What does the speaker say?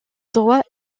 droit